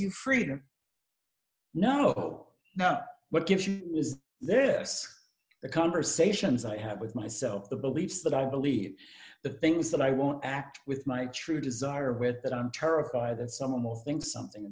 you freedom no not what gives you is this the conversations i have with myself the beliefs that i believe the things that i won't act with my true desire or with that i'm terrified that someone will think